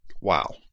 Wow